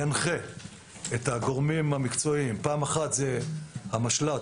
ינחה את הגורמים המקצועיים פעם אחת זה המשל"ט,